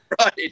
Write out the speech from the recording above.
Right